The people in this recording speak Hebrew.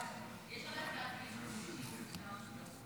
1 22 נתקבלו.